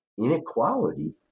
inequality